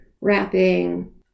wrapping